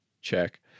Check